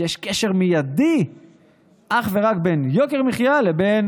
שיש קשר מיידי אך ורק בין יוקר המחיה לבין